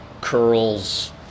curls